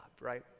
right